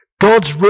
God's